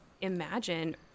imagine